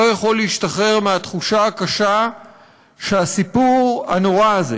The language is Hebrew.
לא יכול להשתחרר מהתחושה הקשה שהסיפור הנורא הזה